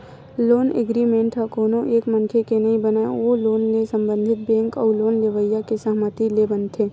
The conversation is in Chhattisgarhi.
लोन एग्रीमेंट ह कोनो एक मनखे के नइ बनय ओ लोन ले संबंधित बेंक अउ लोन लेवइया के सहमति ले बनथे